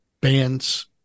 bands